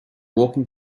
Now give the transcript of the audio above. walking